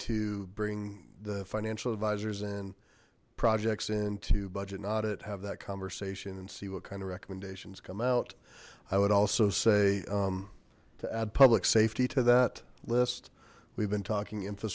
to bring the financial advisors and projects into budget not it have that conversation and see what kind of recommendations come out i would also say to add public safety to that list we've been talking